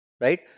right